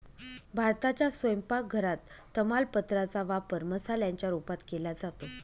भारताच्या स्वयंपाक घरात तमालपत्रा चा वापर मसाल्याच्या रूपात केला जातो